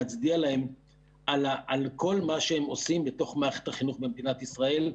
להצדיע להם על כל מה שהם עושים בתוך מערכת החינוך במדינת ישראל,